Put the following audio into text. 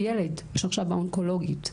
ילד שעכשיו באונקולוגית,